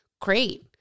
Great